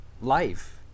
life